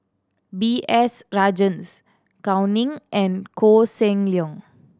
B S Rajhans Gao Ning and Koh Seng Leong